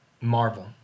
Marvel